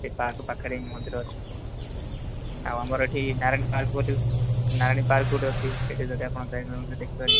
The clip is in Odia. ସେ ପାର୍କ ପାଖରେ ହିଁ ମନ୍ଦିର ଅଛି ଆଉ ଆମର ଏଠି ନାରାୟଣୀ ପାର୍କ ବୋଲି ନାରାୟଣୀ ପାର୍କ ଗୋଟେ ଅଛି ସେଠି ଯଦି ଆପଣ ଚାହିଁବେ ଦେଖିପାରିବେ